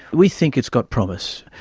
we think it's got promise.